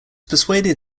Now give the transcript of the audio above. persuaded